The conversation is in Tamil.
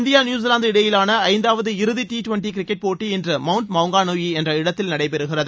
இந்தியா நியூசிலாந்து இடையிலான ஐந்தாவது இறுதி டி டுவன்டி கிரிக்கெட் போட்டி இன்று மவுண்ட் மாங்காநுயி என்ற இடத்தில் நடைபெறுகிறது